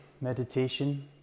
Meditation